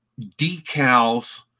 decals